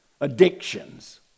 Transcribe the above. addictions